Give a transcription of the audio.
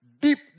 deep